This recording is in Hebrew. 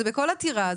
זה בכל עתירה.